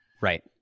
Right